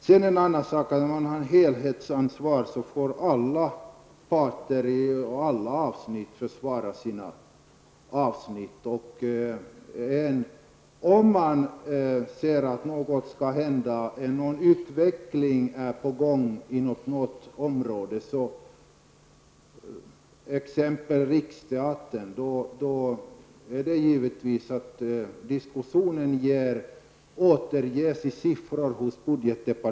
Sedan är det en annan sak att företrädare för olika avsnitt i samhället får försvara sina områden. Om en utveckling är på gång, exempelvis inom Riksteatern, är det givet att det återspeglas i siffrorna i budgeten.